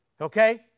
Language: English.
Okay